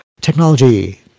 technology